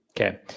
Okay